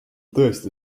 tõesti